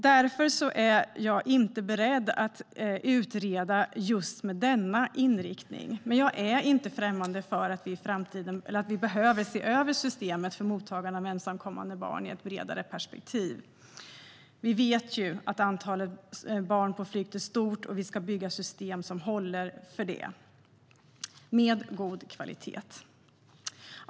Därför är jag inte beredd att utreda just med denna inriktning, men jag är inte främmande för att vi behöver se över systemet för mottagande av ensamkommande barn i ett bredare perspektiv. Vi vet ju att antalet barn på flykt är stort, och vi ska bygga system som håller för det och har god kvalitet.